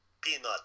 peanut